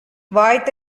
வாய்த்த